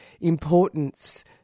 importance